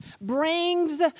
brings